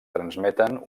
transmeten